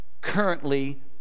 currently